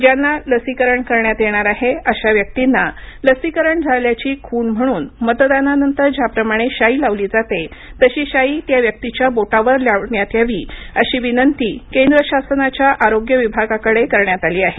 ज्यांना लसीकरण करण्यात येणार आहे अशा व्यक्तींना लसीकरण झाल्याची खूण म्हणून मतदानानंतर ज्याप्रमाणे शाई लावली जाते तशी शाई त्या व्यक्तीच्या बोटावर लावण्यात यावी अशी विनंती केंद्र शासनाच्या आरोग्य विभागाकडे करण्यात आली आहे